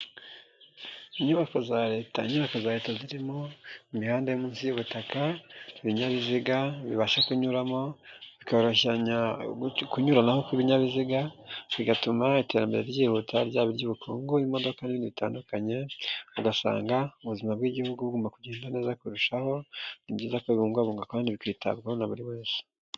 Inyubako za Leta, inyubako za Leta zirimo imihanda yo munsi y'ubutaka, ibinyabiziga bibasha kunyuramo, bikoroshyanya kunyuranaho kw'ibinyabiziga, bigatuma iterambere ryihuta, ryaba iry'ubukungu, imodoka nini zitandukanye, ugasanga ubuzima bw'igihugu buri kugenda neza kurushaho, ni byiza ko bibungabungwa kandi bikitabwaho na buri wese.